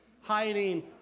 hiding